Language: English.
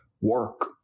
work